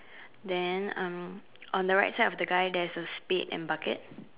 then uh on the right side of the guy there's a spade and bucket